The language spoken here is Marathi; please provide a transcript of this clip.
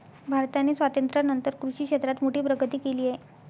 भारताने स्वातंत्र्यानंतर कृषी क्षेत्रात मोठी प्रगती केली आहे